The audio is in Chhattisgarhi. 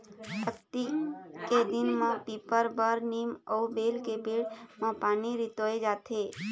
अक्ती के दिन म पीपर, बर, नीम अउ बेल के पेड़ म पानी रितोय जाथे